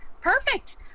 perfect